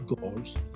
goals